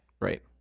Right